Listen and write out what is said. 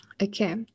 Okay